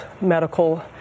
medical